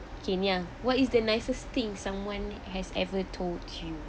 okay what is the nicest thing someone has ever told you